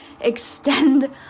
extend